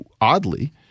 oddly